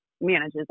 manages